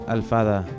Alfada